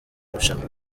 rushanwa